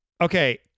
Okay